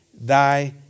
thy